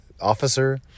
officer